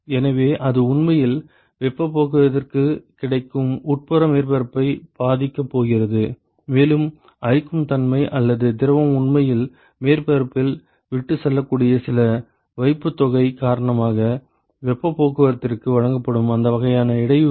எனவே இது உண்மையில் வெப்பப் போக்குவரத்திற்குக் கிடைக்கும் உட்புற மேற்பரப்பை பாதிக்கப் போகிறது மேலும் அரிக்கும் தன்மை அல்லது திரவம் உண்மையில் மேற்பரப்பில் விட்டுச்செல்லக்கூடிய சில வைப்புத்தொகை காரணமாக வெப்பப் போக்குவரத்திற்கு வழங்கப்படும் அந்த வகையான இடையூறு